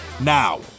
now